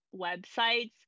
websites